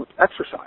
exercise